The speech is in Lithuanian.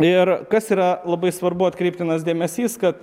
ir kas yra labai svarbu atkreiptinas dėmesys kad